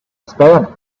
spanish